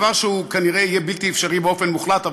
דבר שהוא כנראה יהיה בלתי אפשרי באופן מוחלט,